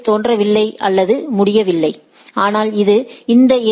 ஸில் தோன்றவில்லை அல்லது முடியவில்லை ஆனால் அது இந்த ஏ